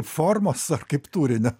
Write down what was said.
formos ar kaip turinio